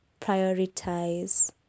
prioritize